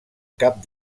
cap